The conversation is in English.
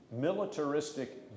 militaristic